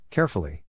Carefully